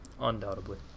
undoubtedly